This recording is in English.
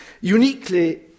Uniquely